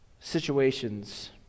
situations